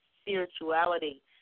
spirituality